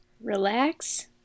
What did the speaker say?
Relax